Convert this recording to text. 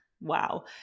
Wow